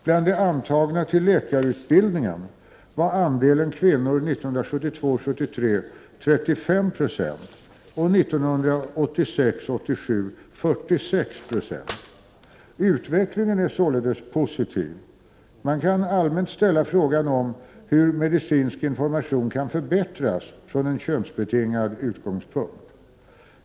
Bland de antagna till läkarutbildningen var andelen kvinnor 1972 87 46 90. Utvecklingen är således positiv. Man kan allmänt ställa frågan om hur medicinsk information kan förbättras från en könsbetingad utgångspunkt.